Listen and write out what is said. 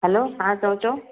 हलो हां त चओ